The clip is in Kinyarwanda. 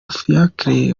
fiacre